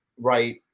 right